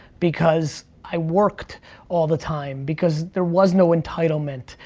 because i worked all the time. because there was no entitlement.